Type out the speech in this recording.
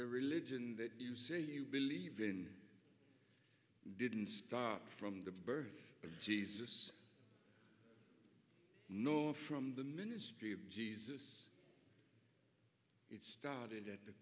the religion that you say you believe in didn't from the birth of jesus nor from the ministry of jesus it started at the